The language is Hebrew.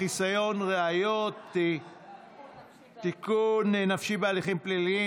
חסיון ראיות (טיפול נפשי בהליכים פליליים